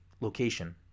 location